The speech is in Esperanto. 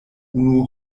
unu